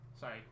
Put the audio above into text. Sorry